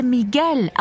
Miguel